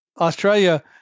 Australia